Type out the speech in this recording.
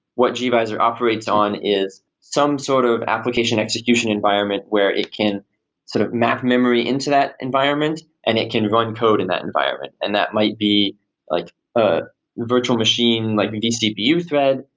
what gvisor operates on is some sort of application execution environment where it can sort of map memory into that environment and it can run code in that environment, and that might be like ah virtual machine, like vcbu thread.